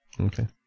Okay